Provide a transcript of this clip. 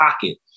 pocket